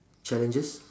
challenges